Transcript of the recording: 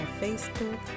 Facebook